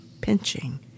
pinching